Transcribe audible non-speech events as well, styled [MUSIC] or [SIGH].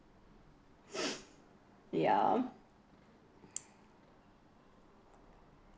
[BREATH] ya